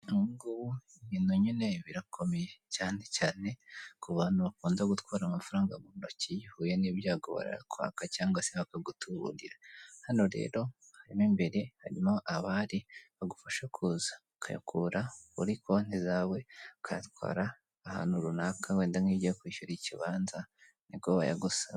Ubungubu ibintu nyine birakomeye cyane cyane ku bantu bakunda gutwara amafaranga mu ntoki ihuye n'ibyago barakwaka cyangwa se bakagutuburira. Hano rero mo imbere harimo abari bagufasha kuza ukayakura kuri konti zawe ukayatwara ahantu runaka wenda nkiyo ugiye kwishyura ikibanza nibwo wayagusaba.